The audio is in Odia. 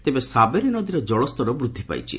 ତେବେ ସାବେରୀ ନଦୀରେ ଜଳସ୍ତର ବୃଦ୍ଧି ପାଇଛି